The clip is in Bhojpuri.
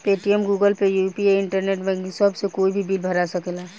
Paytm, Google pay, UPI, internet banking सभ से कोई भी बिल भरा सकेला